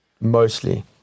Mostly